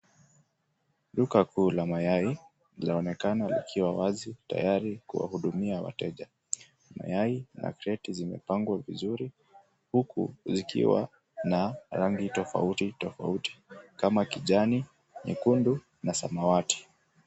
Duka kuu la mayai laonekana likiwa wazi, tayari kuwahudumia wateja. Mayai na crate zimepangwa vizuri, huku zikiwa na rangi tofauti tofauti kama kijani, nyekundu na samawati.